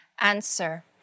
Answer